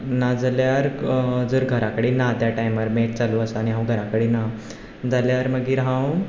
ना जाल्यार जर घराकडेन ना त्या टायमार मॅच चालू आसा आनी हांव घराकडेन ना जाल्यार मागीर हांव